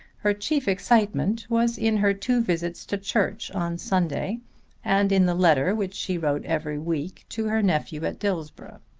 her chief excitement was in her two visits to church on sunday and in the letter which she wrote every week to her nephew at dillsborough.